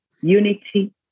unity